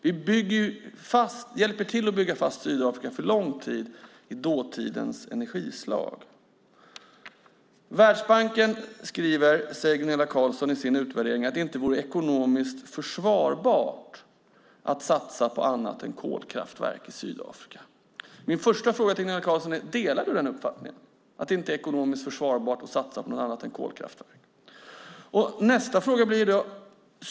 Vi hjälper till att bygga fast Sydafrika för lång tid i dåtidens energislag. I sin utvärdering säger Gunilla Carlsson att Världsbanken skriver att det inte vore ekonomiskt försvarbart att satsa på annat än kolkraftverk i Sydafrika. Delar du, Gunilla Carlsson, uppfattningen att det inte är ekonomiskt försvarbart att satsa på något annat än kolkraft?